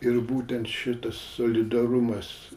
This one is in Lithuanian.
ir būtent šitas solidarumas